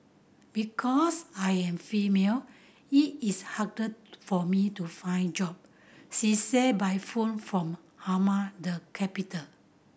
because I am female it is harder for me to find job she said by phone from Amman the capital